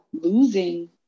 losing